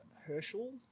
Herschel